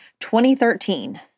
2013